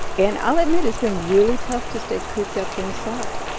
and i'll admit, it's been really tough to stay cooped up inside.